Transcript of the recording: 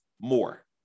more